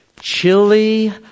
chili